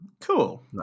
Cool